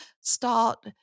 start